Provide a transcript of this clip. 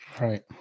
Right